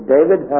David